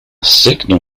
signal